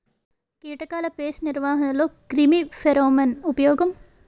కీటకాల పేస్ట్ నిర్వహణలో క్రిమి ఫెరోమోన్ ఉపయోగం